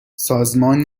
سازمان